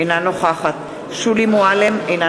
אינה נוכחת שולי מועלם-רפאלי,